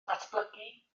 datblygu